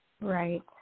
Right